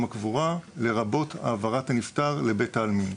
הקבורה לרבות העברת הנפטר לבית העלמין.